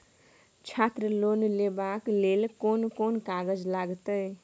छात्र लोन लेबाक लेल कोन कोन कागज लागतै?